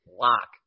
lock